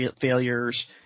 failures